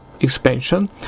expansion